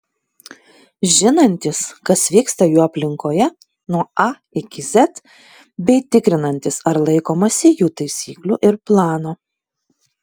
žinantys kas vyksta jų aplinkoje nuo a iki z bei tikrinantys ar laikomasi jų taisyklų ir plano